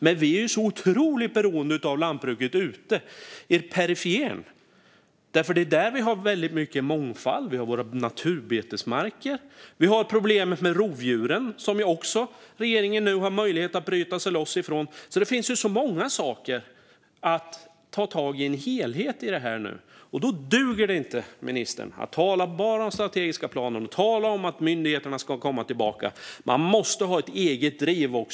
Men vi är så otroligt beroende av lantbruket ute i periferin, för det är där vi har mycket mångfald, och det är där vi har våra naturbetesmarker. Vi har även problemet med rovdjuren, som regeringen nu också har möjligheten att bryta sig loss ifrån. Det finns många saker att ta tag i som en helhet i det här. Då duger det inte, ministern, att bara tala om den strategiska planen och att bara tala om att myndigheterna ska komma tillbaka. Man måste ha ett eget driv också.